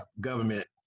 government